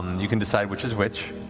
you can decide which is which.